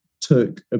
took